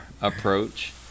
approach